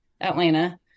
Atlanta